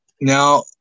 Now